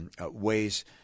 ways